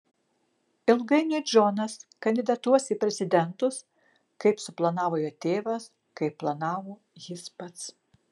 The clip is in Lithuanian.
ilgainiui džonas kandidatuos į prezidentus kaip suplanavo jo tėvas kaip planavo jis pats